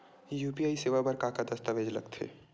UPI सेवा बर का का दस्तावेज लगथे?